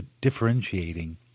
differentiating